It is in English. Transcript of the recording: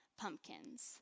pumpkins